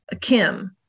kim